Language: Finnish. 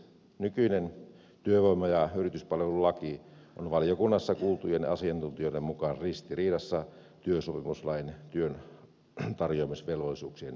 nykyinen työvoima ja yrityspalvelulaki on valiokunnassa kuultujen asiantuntijoiden mukaan ristiriidassa työsopimuslain työntarjoamisvelvollisuuksien säädösten kanssa